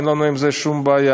אין לנו עם זה שום בעיה.